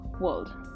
world